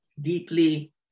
deeply